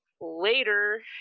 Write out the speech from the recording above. later